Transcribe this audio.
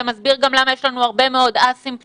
זה מסביר גם למה יש לנו הרבה מאוד אסימפטומטיים.